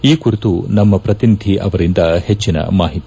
ಈ ಕುರಿತು ನಮ್ಮ ಪ್ರತಿನಿಧಿ ಅವರಿಂದ ಹೆಚ್ಚಿನ ಮಾಹಿತಿ